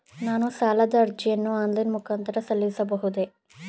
ನಾನು ಸಾಲದ ಅರ್ಜಿಯನ್ನು ಆನ್ಲೈನ್ ಮುಖಾಂತರ ಸಲ್ಲಿಸಬಹುದೇ?